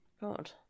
God